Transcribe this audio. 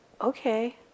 okay